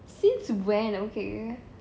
since when okay